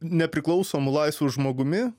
nepriklausomu laisvu žmogumi